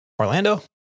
Orlando